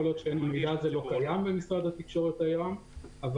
יכול להיות שהמידע הזה לא קיים במשרד התקשורת היום אבל